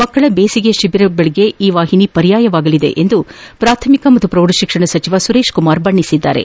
ಮಕ್ಕಳ ದೇಸಿಗೆ ತಿಬಿರಗಳಿಗೆ ಈ ವಾಹಿನಿ ಪರ್ಯಾಯವಾಗಲಿದೆ ಎಂದು ಪ್ರಾಥಮಿಕ ಮತ್ತು ಪ್ರೌಢ ಶಿಕ್ಷಣ ಸಚಿವ ಸುರೇಶ್ ಕುಮಾರ್ ಬಣ್ಣೆಸಿದ್ದಾರೆ